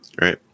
right